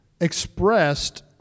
expressed